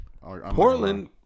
Portland